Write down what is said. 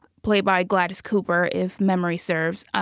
played by gladys cooper, if memory serves.